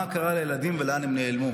מה קרה לילדים ולאן הם נעלמו",